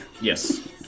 Yes